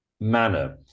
manner